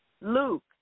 Luke